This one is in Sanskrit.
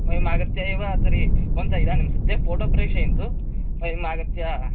वयम् आगत्य एव तर्हि भवन्तः इदानीं सद्य फ़ोटो प्रेषयन्तु वयम् आगत्य